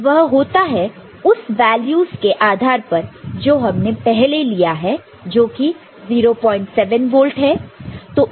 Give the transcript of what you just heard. और वह होता है उस वैल्यूस के आधार पर जो हमने पहले लिया है जो कि 07 वोल्ट है